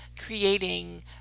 creating